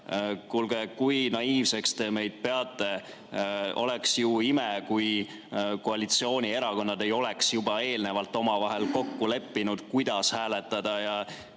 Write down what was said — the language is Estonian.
Kuulge, kui naiivseks te meid peate? Oleks ju ime, kui koalitsioonierakonnad ei oleks juba eelnevalt omavahel kokku leppinud, kuidas hääletada,